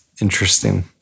interesting